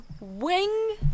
wing